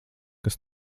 kas